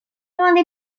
grande